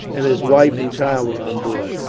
and his wife and child were on board.